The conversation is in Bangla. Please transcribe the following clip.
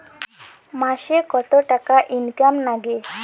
মাসে কত টাকা ইনকাম নাগে?